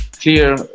clear